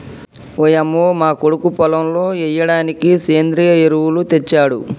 ఓయంమో మా కొడుకు పొలంలో ఎయ్యిడానికి సెంద్రియ ఎరువులు తెచ్చాడు